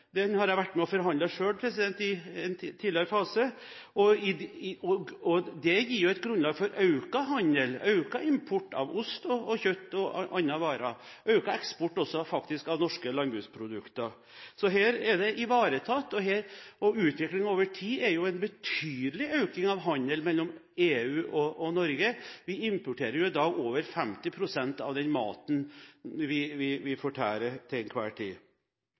Den har jeg selv vært med å forhandle fram i en tidligere fase. Den gir et grunnlag for økt handel, økt import av ost og kjøtt og andre varer, faktisk for økt eksport av norske landbruksprodukter, så her er det ivaretatt. Utviklingen over tid er jo en betydelig økning av handel mellom EU og Norge. Vi importerer i dag over 50 pst. av den maten vi fortærer til enhver tid.